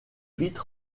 vite